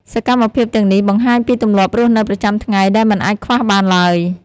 សកម្មភាពទាំងនេះបង្ហាញពីទម្លាប់រស់នៅប្រចាំថ្ងៃដែលមិនអាចខ្វះបានឡើយ។